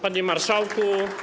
Panie Marszałku!